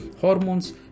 hormones